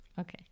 Okay